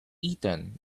eaten